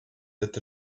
that